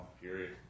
period